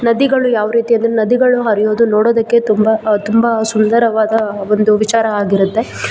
ನದಿಗಳು ಯಾವ ರೀತಿ ಅಂದರೆ ನದಿಗಳು ಹರಿಯೋದು ನೋಡೋದಕ್ಕೆ ತುಂಬ ತುಂಬ ಸುಂದರವಾದ ಒಂದು ವಿಚಾರ ಆಗಿರುತ್ತೆ